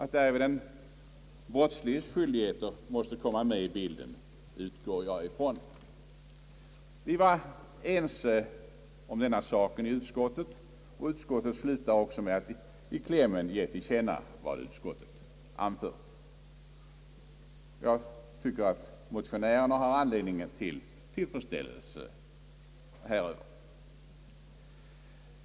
Att därvid även den brottsliges skyldigheter måste komma med i bilden utgår jag ifrån. Vi var ense i stort sett om denna sak i utskottet. Utskottet slutar också med att i klämmen ge till känna vad utskottet anfört. Motionärerna har anledning att vara tillfredsställda härmed.